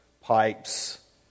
pipes